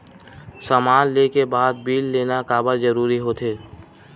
समान ले के बाद बिल लेना काबर जरूरी होथे?